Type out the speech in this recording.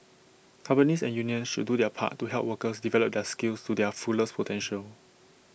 companies and unions should do their part to help workers develop their skills to their fullest potential